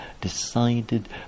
decided